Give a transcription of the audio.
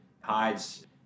hides